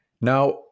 Now